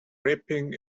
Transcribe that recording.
ripping